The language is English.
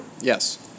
Yes